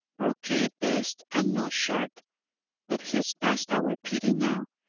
brocaded vest and no shirt but he's past our pity now.